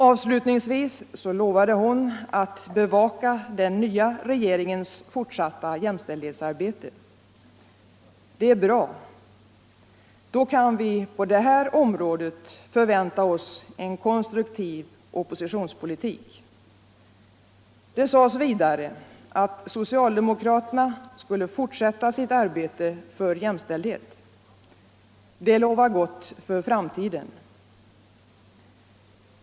Avslutningsvis lovade hon alt bevaka den nya regeringens fortsatta jämställdhetsarbete. Det är bra. Då kan vi på det här området förvänta oss en konstruktiv oppositionspolitik. Det sades vidare att socialdemokraterna skulle fortsätta sitt arbete för jämställdhet. Detta lovar gott för framtiden.